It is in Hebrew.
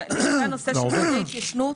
והיא הנושא של חוק ההתיישנות.